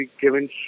given